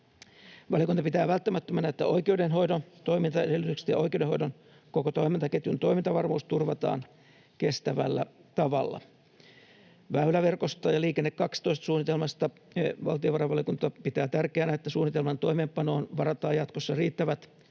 Valiokunta pitää välttämättömänä, että oikeudenhoidon toimintaedellytykset ja oikeudenhoidon koko toimintaketjun toimintavarmuus turvataan kestävällä tavalla. Väyläverkostossa ja Liikenne 12 ‑suunnitelmassa valtiovarainvaliokunta pitää tärkeänä sitä, että suunnitelman toimeenpanoon varataan jatkossa riittävät